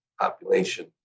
population